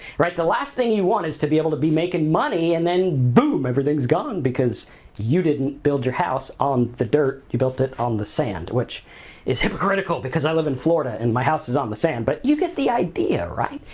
right? the last thing you want is to be able to be making money and then, boom, everything's gone because you didn't build your house on the dirt, you built it on the sand, which is hypocritical because i live in florida and my house is on the sand but you get the idea, right?